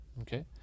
Okay